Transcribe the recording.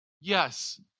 Yes